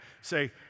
Say